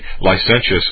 licentious